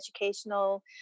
educational